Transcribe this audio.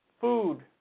food